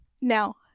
Now